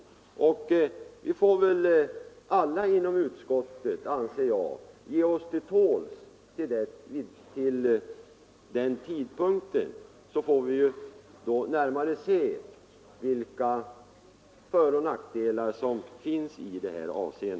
Vi får väl — alla inom utskottet — ge oss till tåls till den tidpunkten.